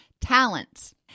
talents